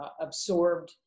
absorbed